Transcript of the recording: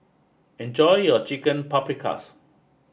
enjoy your Chicken Paprikas